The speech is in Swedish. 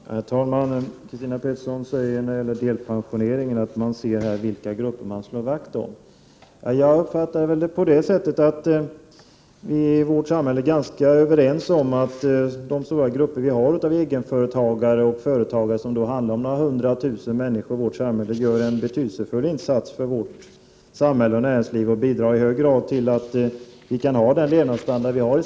Herr talman! Christina Pettersson säger när det gäller delpensionering att man ser vilka grupper vi slår vakt om. Jag uppfattar saken på det sättet, att vii vårt samhälle är ganska överens om att de stora grupper vi har av egenföretagare och andra företagare — det handlar om några hundratusen människor — gör en betydelsefull insats för vårt samhälle och för vårt näringsliv och i hög grad bidrar till att vi kan ha den levnadsstandard vi har.